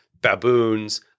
baboons